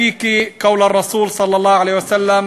נסתפק בדבר השליח, תפילת האל עליו וברכתו לשלום: